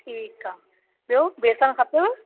ठीकु आहे ॿियो बेसण खपेव